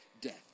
death